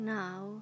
now